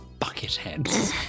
bucketheads